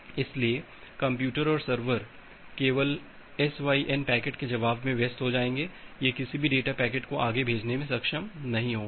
इसलिए कंप्यूटर और सर्वर केवल एसवाईएन पैकेट के जवाब में व्यस्त हो जायेंगे यह किसी भी डेटा पैकेट को आगे भेजने में सक्षम नहीं होंगे